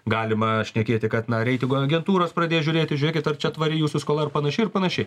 galima šnekėti kad na reitingų agentūros pradės žiūrėti žiūrėkit ar čia tvari jūsų skola ar panašiai ir panašiai